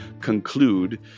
conclude